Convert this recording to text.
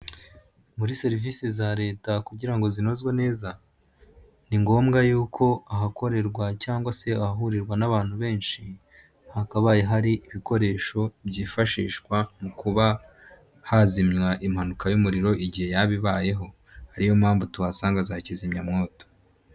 Muri serivisi za leta kugira ngo zinozwe neza, ni ngombwa yuko ahakorerwa cyangwa se ahahurirwa n'abantu benshi hakabaye hari ibikoresho byifashishwa mu kuba hazimwa impanuka y'umuriro igihe yaba ibayeho, ariyo mpamvu tuhasanga za kizimyamwoto.